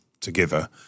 together